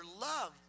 Love